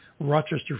Rochester